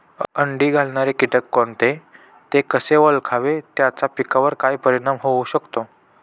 अंडी घालणारे किटक कोणते, ते कसे ओळखावे त्याचा पिकावर काय परिणाम होऊ शकतो?